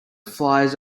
flies